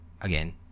again